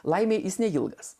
laimei jis neilgas